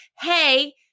hey